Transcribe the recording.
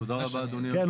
כן.